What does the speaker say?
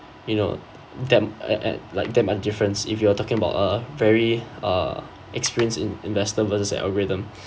you know them at at like them ah difference if you are talking about uh very uh experienced in~ investor versus an algorithm